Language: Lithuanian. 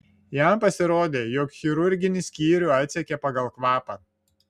jam pasirodė jog chirurginį skyrių atsekė pagal kvapą